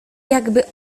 jakby